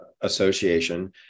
association